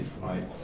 right